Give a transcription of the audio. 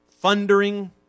Thundering